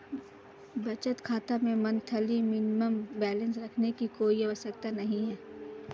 बचत खाता में मंथली मिनिमम बैलेंस रखने की कोई आवश्यकता नहीं है